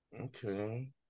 Okay